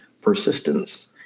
persistence